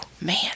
Man